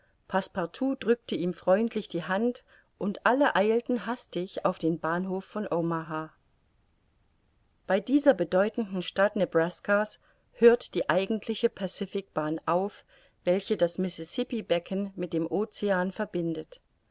passepartout drückte ihm freundlich die hand und alle eilten hastig auf den bahnhof von omaha bei dieser bedeutenden stadt nebraska's hört die eigentliche pacific bahn auf welche das mississippi becken mit dem ocean verbindet